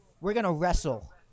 we're-gonna-wrestle